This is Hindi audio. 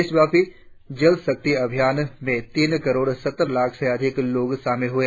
देशव्यापी जल शक्ति अभियान में तीन करोड़ सत्तर लाख से अधिक लोग शामिल हुए